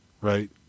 right